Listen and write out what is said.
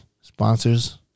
sponsors